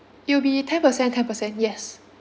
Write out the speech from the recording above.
it'll be ten percent ten percent yes